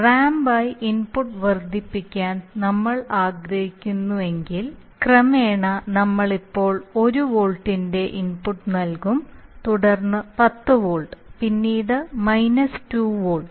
റാമ്പായി input വർദ്ധിപ്പിക്കാൻ നമ്മൾ ആഗ്രഹിക്കുന്നുവെങ്കിൽ ക്രമേണ നമ്മൾ ഇപ്പോൾ 1 വോൾട്ടിന്റെ ഇൻപുട്ട് നൽകും തുടർന്ന് 10 വോൾട്ട് പിന്നീട് മൈനസ് 2 വോൾട്ട്